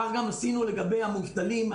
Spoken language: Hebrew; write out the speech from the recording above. כך גם עשינו לגבי המובטלים.